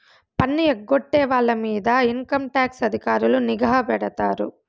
పన్ను ఎగ్గొట్టే వాళ్ళ మీద ఇన్కంటాక్స్ అధికారులు నిఘా పెడతారు